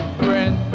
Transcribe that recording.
friend